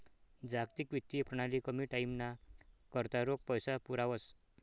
जागतिक वित्तीय प्रणाली कमी टाईमना करता रोख पैसा पुरावस